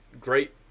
great